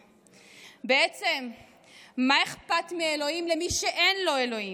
בעצם מה אכפת מאלוהים למי שאין לו אלוהים,